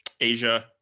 Asia